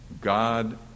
God